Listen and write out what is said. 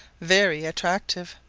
very attractive.